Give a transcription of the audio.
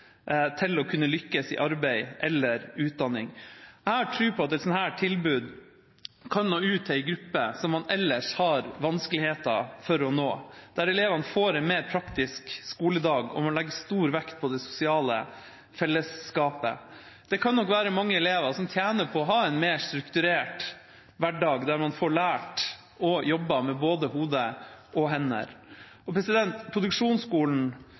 til å kunne lykkes i arbeid eller utdanning. Jeg har tro på at et slikt tilbud kan nå ut til en gruppe som man ellers har vanskeligheter med å nå, der elevene får en mer praktisk skoledag, og der man legger stor vekt på det sosiale fellesskapet. Det kan nok være mange elever som tjener på å ha en mer strukturert hverdag, der man får lært og jobbet med både hode og hender.